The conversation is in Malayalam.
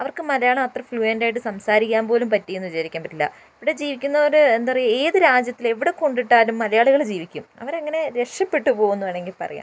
അവർക്ക് മലയാളം അത്ര ഫ്ലുവെൻറ്റായിട്ട് സംസാരിക്കാൻ പോലും പറ്റീന്ന് വിചാരിക്കാൻ പറ്റില്ല ഇവിടെ ജീവിക്കുന്നവര് എന്താപറയാ ഏത് രാജ്യത്തില് എവിട കൊണ്ടിട്ടാലും മലയാളികള് ജീവിക്കും അവരങ്ങനെ രക്ഷപ്പെട്ട് പോകുംന്ന് വേണമെങ്കിൽ പറയാം